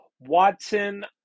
Watson